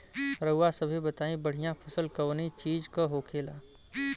रउआ सभे बताई बढ़ियां फसल कवने चीज़क होखेला?